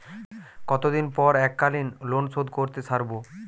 কতদিন পর এককালিন লোনশোধ করতে সারব?